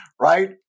right